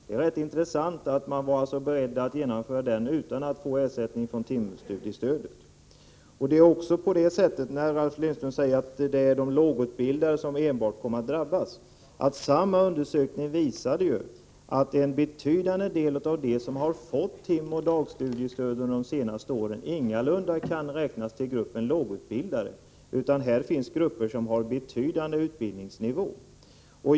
Det är intressant att man alltså var beredd att genomföra den utan att få ersättning via timstudiestödet. Ralf Lindström säger att det är enbart de lågutbildade som kommer att drabbas. Samma undersökning visade att en betydande del av dem som fått timoch dagstudiestöd under de senaste åren ingalunda kan räknas till gruppen lågutbildade — här finns grupper som har en betydande utbildningsnivå.